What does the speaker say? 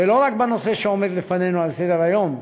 ולא רק בנושא שעומד לפנינו על סדר-היום,